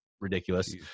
ridiculous